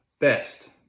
best